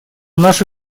наши